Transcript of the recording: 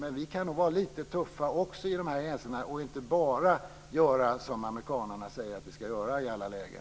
Men vi kan vara lite tuffa också i de här hänseendena och inte bara göra som amerikanarna säger att vi ska göra i alla lägen.